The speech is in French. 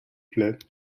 plait